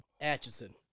Atchison